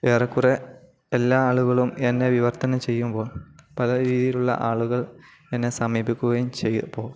ഏറെക്കുറെ എല്ലാ ആളുകളും എന്നെ വിവർത്തനം ചെയ്യുമ്പോൾ പല രീതിയിലുള്ള ആളുകൾ എന്നെ സമീപിക്കുകയും ചെയ്യുമ്പോള്